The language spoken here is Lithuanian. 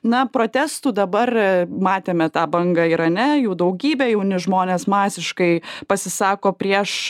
na protestų dabar matėme tą bangą irane jų daugybė jauni žmonės masiškai pasisako prieš